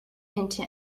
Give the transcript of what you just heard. into